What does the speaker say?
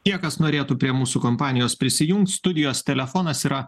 tie kas norėtų prie mūsų kompanijos prisijungti studijos telefonas yra